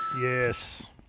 Yes